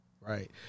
right